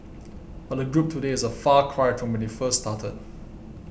but the group today is a far cry from when it first started